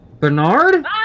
Bernard